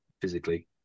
physically